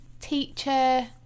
teacher